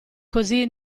così